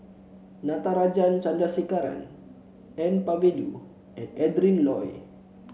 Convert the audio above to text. Natarajan Chandrasekaran N Palanivelu and Adrin Loi